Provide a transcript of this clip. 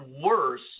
worse